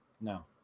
No